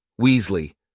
Weasley